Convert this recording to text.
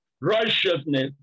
righteousness